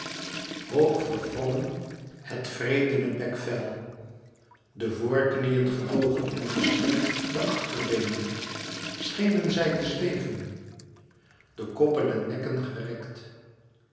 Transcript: hoog verwrongen het wreedene bekvel de voorknieën gebogen en gestrekt de achterbeenen schenen zij te zweven de koppen en nekken gerekt